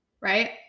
right